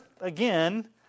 again